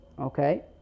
Okay